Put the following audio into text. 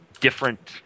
different